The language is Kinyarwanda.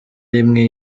rimwe